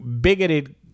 bigoted